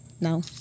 No